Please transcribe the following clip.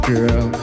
Girl